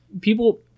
people